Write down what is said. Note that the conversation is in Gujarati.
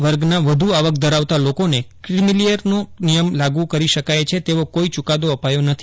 વર્ગના વધુ આવક ધરાવતા લોકોને કિમીલીયરનો નિયમ લાગુ કરી શકાય છે તેવો કોઇ ચુકાદો અપાયો નથી